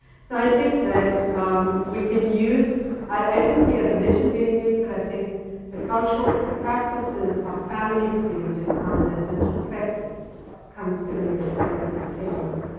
so i think that we can use i didn't hear religion being used, but i think the cultural practices of families feeling dishonored and disrespected comes through in some of these killings.